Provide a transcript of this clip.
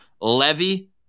Levy